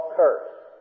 cursed